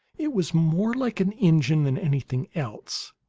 it was more like an engine than anything else,